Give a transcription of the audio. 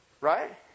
right